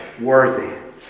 worthy